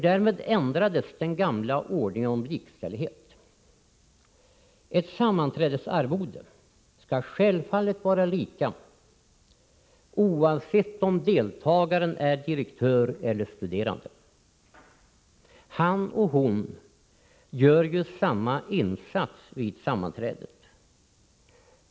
Därmed ändrades den gamla ordningen om likställighet. Ett sammanträdesarvode skall självfallet vara lika, oavsett om deltagaren är direktör eller studerande. Han eller hon gör ju samma insats på sammanträdet.